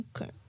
Okay